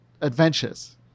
adventures